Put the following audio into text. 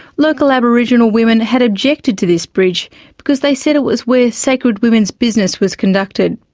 local aboriginal women had objected to this bridge because they said it was where sacred women's business was conducted.